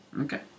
Okay